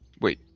Wait